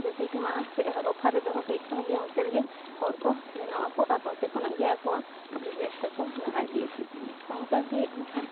ᱡᱮᱥᱮ ᱠᱤ ᱢᱟᱲᱟᱝ ᱥᱮᱫ ᱚᱯᱷᱟᱨ ᱨᱮ ᱫᱚᱦᱚ ᱠᱮᱜ ᱠᱷᱟᱱ ᱜᱮ ᱚᱱᱛᱮ ᱨᱮᱜᱮ ᱦᱚᱲ ᱠᱚ ᱥᱮ ᱡᱮᱱᱚ ᱟᱠᱚ ᱟᱨ ᱚᱱᱛᱮ ᱠᱷᱚᱱᱟᱜ ᱜᱮ ᱟᱠᱚᱣᱟᱜ ᱵᱤᱡᱽᱱᱮᱥ ᱛᱟᱠᱚ ᱞᱟᱦᱟ ᱤᱫᱤᱭᱟ ᱚᱱᱠᱟ ᱜᱮ ᱮᱱᱠᱷᱟᱱ